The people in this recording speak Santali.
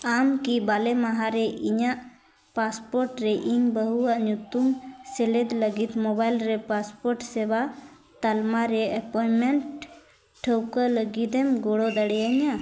ᱟᱢ ᱠᱤ ᱵᱟᱞᱮ ᱢᱟᱦᱟᱨᱮ ᱤᱧᱟᱹᱜ ᱯᱟᱥᱯᱳᱨᱴ ᱨᱮ ᱤᱧ ᱵᱟᱹᱦᱩᱣᱟᱜ ᱧᱩᱛᱩᱢ ᱥᱮᱞᱮᱫ ᱞᱟᱹᱜᱤᱫ ᱢᱳᱵᱟᱭᱤᱞ ᱨᱮ ᱯᱟᱥᱯᱳᱨᱴ ᱥᱮᱵᱟ ᱛᱟᱞᱢᱟ ᱨᱮ ᱮᱯᱚᱭᱢᱮᱱᱴ ᱴᱷᱟᱹᱣᱠᱟᱹ ᱞᱟᱹᱜᱤᱫ ᱮᱢ ᱜᱚᱲᱚ ᱫᱟᱲᱮᱭᱤᱧᱟ